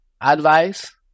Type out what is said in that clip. advice